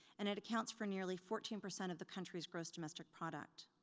and it accounts for nearly fourteen percent of the country's gross domestic product.